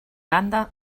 banda